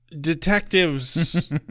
Detectives